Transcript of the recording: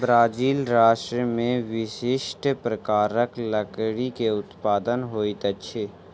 Brazil राष्ट्र में विशिष्ठ प्रकारक लकड़ी के उत्पादन होइत अछि